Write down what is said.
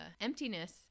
emptiness